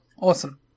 Awesome